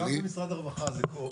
גם במשרד הרווחה זה קורה.